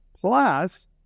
Plus